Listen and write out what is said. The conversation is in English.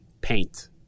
paint